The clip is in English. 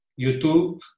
YouTube